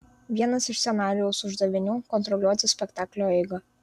vienas iš scenarijaus uždavinių kontroliuoti spektaklio eigą